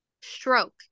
Stroke